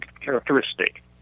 characteristic